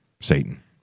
Satan